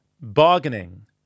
bargaining